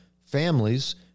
families